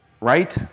right